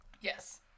Yes